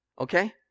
Okay